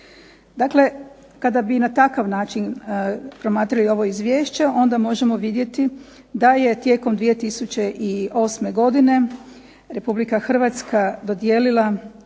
Dakle, kada bi na takav način promatrali ovo izvješće onda možemo vidjeti da je tijekom 2008. godine Republika Hrvatska dodijelila